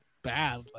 bad